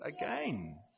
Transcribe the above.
again